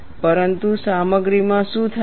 પરંતુ સામગ્રીમાં શું થાય છે